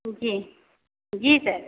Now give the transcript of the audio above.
जी जी सर